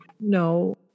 No